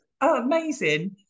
amazing